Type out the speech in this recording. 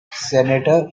senator